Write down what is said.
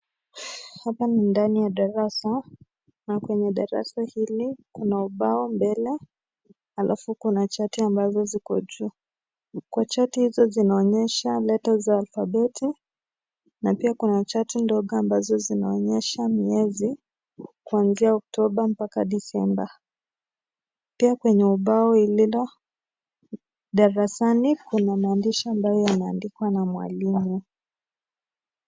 Hapa ni ndani ya darasa na kwenye ndani ya darasa kuna ubao mbele alafu kuna chati ambazo ziko juu. Kwa chati hizo zinaonyesha leta za alphabeti na pia kuna chati ndogo ambazo zinaonyesha miezi kianzia oktoba mpaka dicemba. Pia kwenye ubao lilo darasani kuna maandishi yaliyo andikwa na mwalimu.